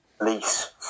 Lease